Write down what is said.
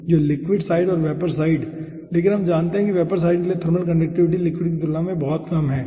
तो liquid side और vapour side लेकिन हम जानते हैं कि वेपर साईड के लिए थर्मल कंडक्टिविटी लिक्विड की तुलना में बहुत कम होगी